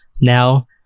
now